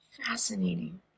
Fascinating